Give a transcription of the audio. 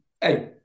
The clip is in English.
hey